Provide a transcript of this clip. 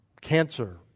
Cancer